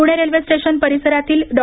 Pune railway station परिसरातील डॉ